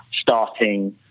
starting